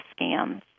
scams